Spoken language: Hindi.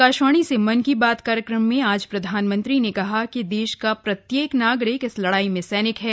आकाशवाणी से मन की बात कार्यक्रम में आज प्रधानमंत्री ने कहा कि देश का प्रत्येक नागरिक इस लड़ाई में सैनिक है